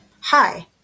Hi